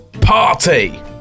Party